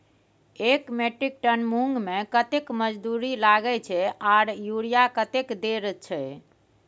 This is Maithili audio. एक मेट्रिक टन मूंग में कतेक मजदूरी लागे छै आर यूरिया कतेक देर छै?